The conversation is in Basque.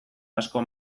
asko